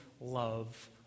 love